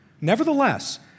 Nevertheless